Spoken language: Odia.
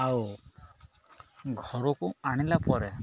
ଆଉ ଘରକୁ ଆଣିଲା ପରେ